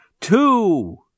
Two